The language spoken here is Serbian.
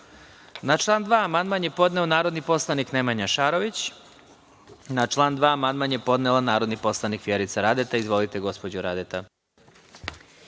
član 2. amandman je podneo narodni poslanik Nemanja Šarović. Na član 2. amandman je podnela narodni poslanik Vjerica Radeta. Izvolite gospođo Radeta.